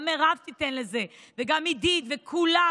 גם מירב תיתן לזה וגם עידית וכולם,